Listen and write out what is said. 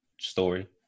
story